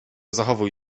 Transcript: zachowuj